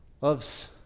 loves